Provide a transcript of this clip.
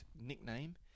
nickname